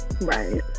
Right